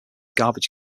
garbage